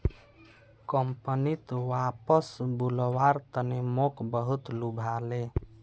कंपनीत वापस बुलव्वार तने मोक बहुत लुभाले